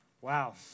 Wow